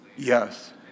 Yes